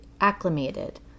acclimated